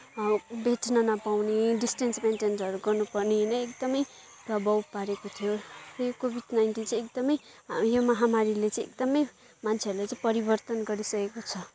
भेट्न नपाउने डिसटेन्स मेन्टेनहरू गर्नपर्ने होइन एकदमै प्रभाव पारेको थियो यो कोभिड नाइन्टिन चाहिँ एकदमै यो महामारीले चाहिँ एकदमै मान्छेहरूलाई चाहिँ परिवर्तन गरिसकेको छ